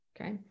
okay